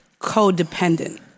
codependent